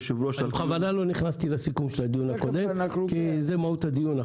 בכוונה לא נכנסתי לסיכום של הדיון הקודם כי זה מהות הדיון.